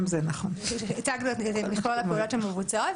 הצגנו את מכלול הפעולות שמבוצעות,